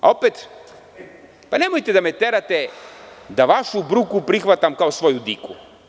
Nemojte da me terate da vašu bruku prihvatam kao svoju diku.